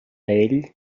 ell